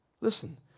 Listen